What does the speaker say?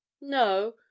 No